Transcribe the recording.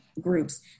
groups